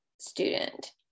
student